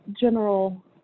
general